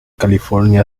california